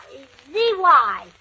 Z-Y